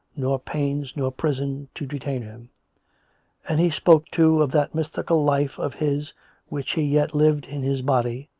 nor pains nor prison to de tain him and he spoke, too, of that mystical life of his which he yet lived in his body,